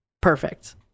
perfect